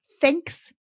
thanks